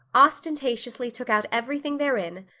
ostentatiously took out everything therein,